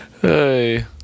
Hey